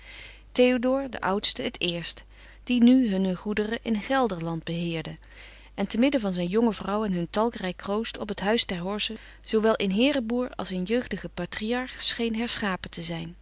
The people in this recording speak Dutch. théodore de oudste het eerst die nu hunne goederen in gelderland beheerde en te midden van zijn jonge vrouw en hun talrijk kroost op het huis ter horze zoowel in heereboer als in jeugdigen patriarch scheen herschapen te zijn